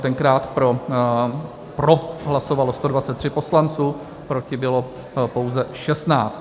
Tenkrát pro hlasovalo 123 poslanců, proti bylo pouze 16.